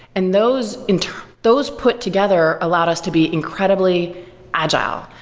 and those and those put together allowed us to be incredibly agile.